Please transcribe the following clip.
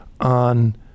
on